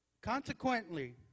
Consequently